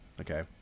Okay